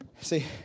See